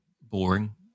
boring